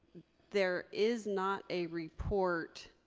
there is not a report